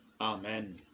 Amen